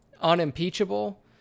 unimpeachable